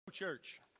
Church